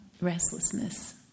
restlessness